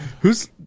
Who's-